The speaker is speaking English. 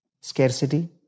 Scarcity